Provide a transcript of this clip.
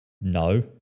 No